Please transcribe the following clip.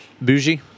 Bougie